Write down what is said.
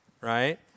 right